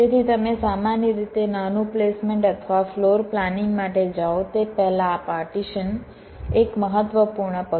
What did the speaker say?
તેથી તમે સામાન્ય રીતે નાનું પ્લેસમેન્ટ અથવા ફ્લોર પ્લાનિંગ માટે જાઓ તે પહેલાં આ પાર્ટીશન એક મહત્વપૂર્ણ પગલું છે